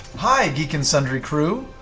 hi, geek and sundry crew!